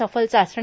सफल चाचणी